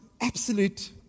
absolute